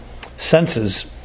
senses